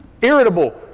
Irritable